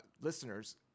listeners